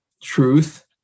truth